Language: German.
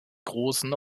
großen